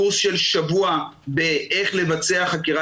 קורס של שבוע שבו מלמדים איך לבצע חקירה